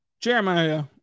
Jeremiah